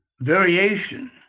variation